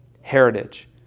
heritage